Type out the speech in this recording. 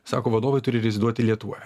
sako vadovai turi reziduoti lietuvoje